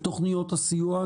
בתוכניות הסיוע,